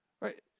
Right